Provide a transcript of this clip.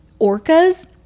orcas